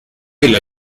del